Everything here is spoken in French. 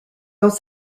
dans